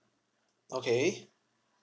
okay